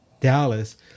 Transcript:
Dallas